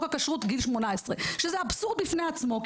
הכשרות גיל 18 שזה אבסורד בפני עצמו,